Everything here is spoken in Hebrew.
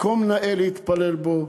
מקום נאה להתפלל בו.